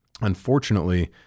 unfortunately